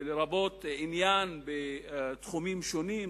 לרבות עניין בתחומים שונים,